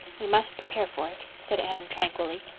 we must prepare for it, said anne tranquilly.